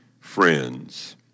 friends